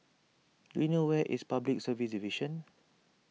do you know where is Public Service Division